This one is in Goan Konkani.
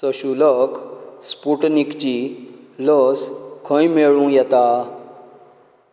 सशुलक स्पुटनिकची लस खंय मेळू येता